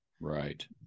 Right